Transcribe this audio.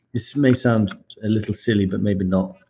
this may sound a little silly but maybe not.